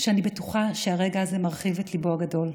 שאני בטוחה שהרגע הזה היה מרחיב את ליבו הגדול,